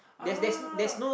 ah